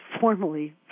formally